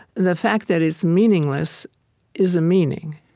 the fact that it's meaningless is a meaning,